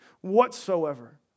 whatsoever